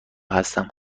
هستم